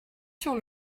sur